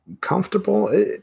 comfortable